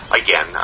again